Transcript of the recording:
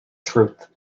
truth